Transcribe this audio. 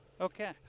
Okay